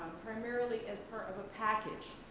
primarily as part of a package.